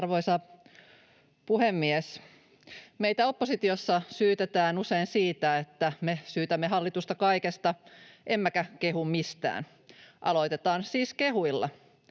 Arvoisa puhemies! Meitä oppositiossa syytetään usein siitä, että me syytämme hallitusta kaikesta emmekä kehu mistään. Aloitetaan siis kehuilla.